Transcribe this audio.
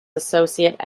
associate